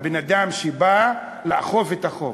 הבן-אדם שבא לאכוף את החוק.